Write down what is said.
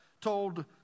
told